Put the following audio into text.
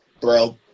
bro